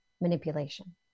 manipulation